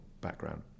background